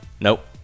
Nope